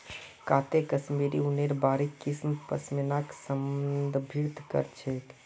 काते कश्मीरी ऊनेर बारीक किस्म पश्मीनाक संदर्भित कर छेक